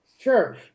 Sure